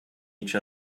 each